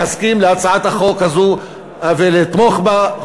להסכים להצעת החוק הזאת ולתמוך בה,